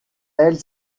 elle